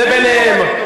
תודה רבה לך.